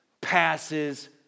passes